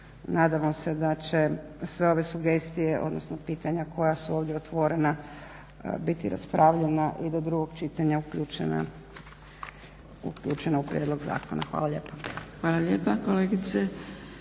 nadamo se da će sve ove sugestije odnosno pitanja koja su ovdje otvorena biti raspravljena i do drugog čitanja uključena u prijedlog zakona. Hvala lijepo.